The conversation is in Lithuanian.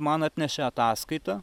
man atnešė ataskaitą